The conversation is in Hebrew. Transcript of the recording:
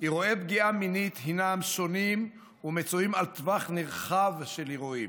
אירועי פגיעה מינית הינם שונים ומצויים על טווח נרחב של אירועים.